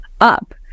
up